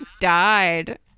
died